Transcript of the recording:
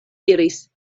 diris